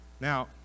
Now